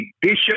bishop